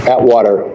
Atwater